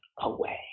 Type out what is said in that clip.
away